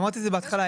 אמרתי את זה בהתחלה,